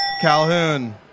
Calhoun